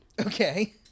Okay